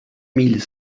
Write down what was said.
mille